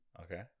Okay